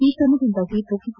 ಈ ಕ್ರಮದಿಂದಾಗಿ ಪ್ರತಿ ಕೆ